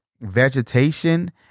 vegetation